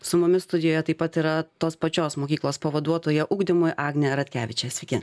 su mumis studijoje taip pat yra tos pačios mokyklos pavaduotoja ugdymui agnė ratkevičė sveiki